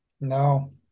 No